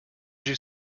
you